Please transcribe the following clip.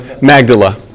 Magdala